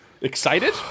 excited